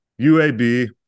UAB